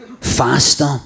faster